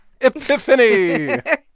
epiphany